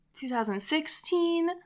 2016